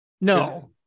no